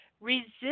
resist